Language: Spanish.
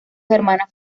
hermanas